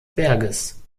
berges